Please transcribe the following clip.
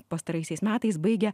pastaraisiais metais baigia